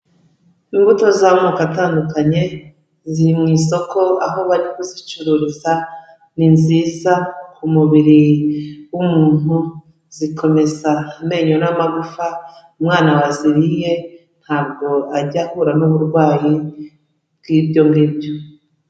Imbuto z'amoko atandukanye, ziri mu isoko aho bari kuzicururiza, ni nziza ku mubiri w'umuntu, zikomeza amenyo n'amagufa, umwana waziriye ntabwo ajya ahura n'uburwayi bw'ibyo ngibyo.